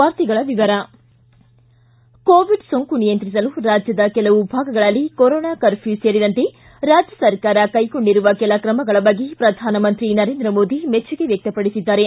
ವಾರ್ತೆಗಳ ವಿವರ ಕೋವಿಡ್ ಸೋಂಕು ನಿಯಂತ್ರಿಸಲು ರಾಜ್ಯದ ಕೆಲವು ಭಾಗಗಳಲ್ಲಿ ಕೊರೊನಾ ಕರ್ಫ್ಯೂ ಸೇರಿದಂತೆ ರಾಜ್ಯ ಸರ್ಕಾರ ಕೈಗೊಂಡಿರುವ ಕೆಲ ತ್ರಮಗಳ ಬಗ್ಗೆ ಪ್ರಧಾನಮಂತ್ರಿ ನರೇಂದ್ರ ಮೋದಿ ಮೆಚ್ಚುಗೆ ವ್ಯಕ್ತಪಡಿಸಿದ್ದಾರೆ